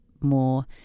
more